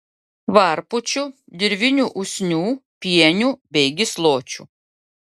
varpučių dirvinių usnių pienių bei gysločių